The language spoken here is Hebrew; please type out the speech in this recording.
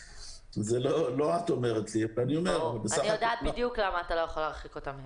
אני יודעת בדיוק למה אתה לא יכול להרחיק אותם מיד.